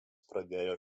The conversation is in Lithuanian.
pradėjo